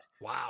Wow